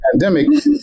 pandemic